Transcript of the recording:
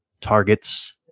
targets